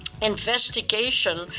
Investigation